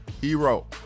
hero